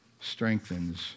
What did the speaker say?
strengthens